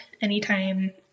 Anytime